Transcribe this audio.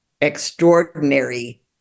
extraordinary